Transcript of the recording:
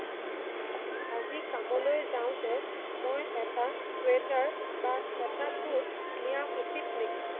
আজি কামলৈ যাওঁতে মই এটা ছুৱেটাৰ বা এটা কোট নিয়া উচিত নেকি